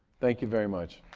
thank you very much.